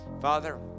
Father